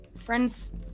friends